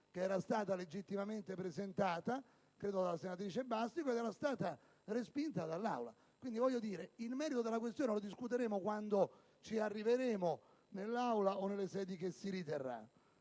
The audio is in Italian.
che era stata legittimamente presentata, credo dalla senatrice Bastico, ed era stata respinta dall'Assemblea. Il merito della questione lo discuteremo quando ci arriveremo in Aula o nelle sedi che si riterrà.